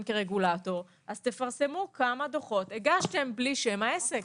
כרגולטור תפרסמו כמה דוחות הגשתם בלי שם העסק.